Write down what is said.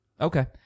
okay